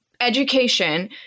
education